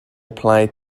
apply